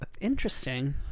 Interesting